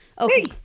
Okay